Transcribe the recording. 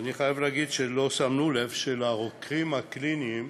ואני חייב לומר שלא שמנו לב שלרוקחים הקליניים,